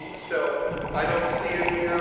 so i don't see any,